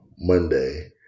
monday